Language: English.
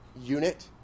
unit